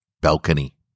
Balcony